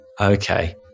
Okay